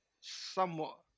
somewhat